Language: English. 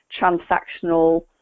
transactional